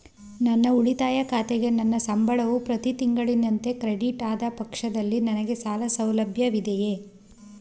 ನನ್ನ ಉಳಿತಾಯ ಖಾತೆಗೆ ನನ್ನ ಸಂಬಳವು ಪ್ರತಿ ತಿಂಗಳಿನಂತೆ ಕ್ರೆಡಿಟ್ ಆದ ಪಕ್ಷದಲ್ಲಿ ನನಗೆ ಸಾಲ ಸೌಲಭ್ಯವಿದೆಯೇ?